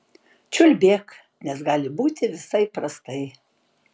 čiulbėk nes gali būti visai prastai